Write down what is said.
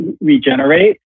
regenerate